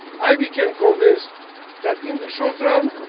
i became convinced that in the short term,